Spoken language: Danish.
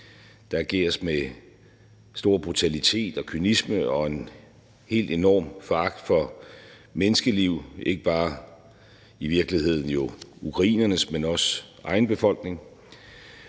Der ageres med stor brutalitet og kynisme og en helt enorm foragt for menneskeliv, og i virkeligheden ikke bare ukrainernes, men jo også egen befolknings